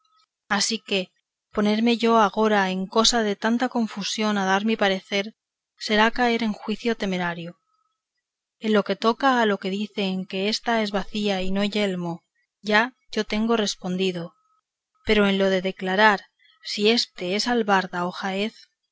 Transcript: así que ponerme yo agora en cosa de tanta confusión a dar mi parecer será caer en juicio temerario en lo que toca a lo que dicen que ésta es bacía y no yelmo ya yo tengo respondido pero en lo de declarar si ésa es albarda o